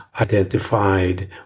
identified